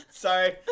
sorry